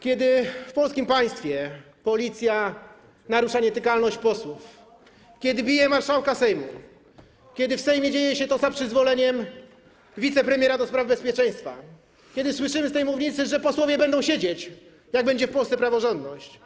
Kiedy w polskim państwie policja narusza nietykalność posłów, kiedy bije marszałka Sejmu, kiedy w Sejmie dzieje się to za przyzwoleniem wicepremiera do spraw bezpieczeństwa, kiedy słyszymy z tej mównicy, że posłowie będą siedzieć, jak będzie w Polsce praworządność.